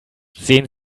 sehen